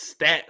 stats